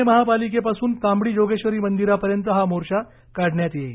पुणे महापालिकेपासून तांबडी जोगेश्वरी मंदिरापर्यंत हा मोर्चा काढण्यात येणार आहे